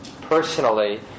personally